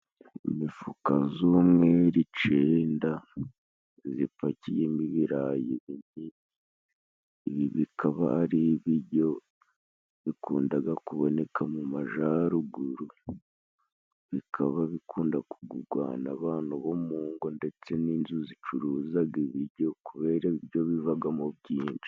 Imifuka z'umweru icenda, zipakiyemo ibirayi, ibi bikaba ari ibijyo bikundaga kuboneka mu majaruguru, bikaba bikunda kugugwa n'abantu bo mu ngo ndetse n'inzu zicuruzaga ibijyo kubera ibijyo bivagamo byinshi.